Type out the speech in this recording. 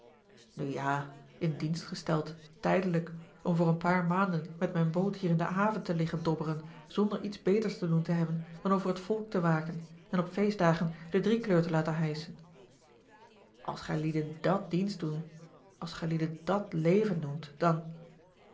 nu ja in dienst gesteld tijdelijk om voor een paar maanden met mijn boot hier in de haven te liggen dobberen zonder iets beters te doen te hebben dan over t volk te waken en op feestdagen de driekleur te laten hijschen als gijlieden dàt dienst doen als gijlieden dat leven noemt dan